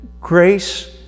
grace